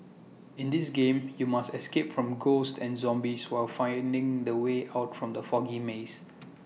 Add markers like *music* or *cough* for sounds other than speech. in this game you must escape from ghosts and zombies while finding the way out from the foggy maze *noise*